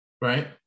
Right